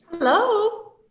Hello